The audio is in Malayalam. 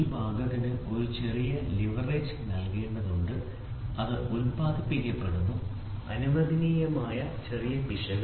ഈ ഭാഗത്തിന് ഒരു ചെറിയ ലിവറേജ് നൽകേണ്ടതുണ്ട് അത് ഉൽപാദിപ്പിക്കപ്പെടുന്നു അനുവദനീയമായ ചെറിയ പിശക്